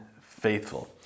faithful